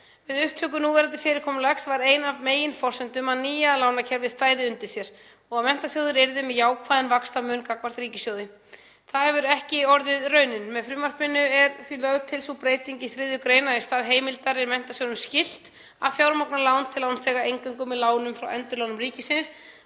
Við upptöku núverandi fyrirkomulags var ein af meginforsendum að nýja lánakerfið stæði undir sér og að sjóðurinn yrði með jákvæðan vaxtamun gagnvart ríkissjóði. Það hefur ekki orðið raunin. Með frumvarpinu er því lögð til sú breyting á 3. gr. að í stað heimildar er Menntasjóði námsmanna skylt að fjármagna lán til lánþega eingöngu með lánum frá Endurlánum ríkissjóðs